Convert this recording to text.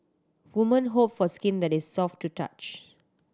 woman hope for skin that is soft to touch